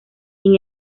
sin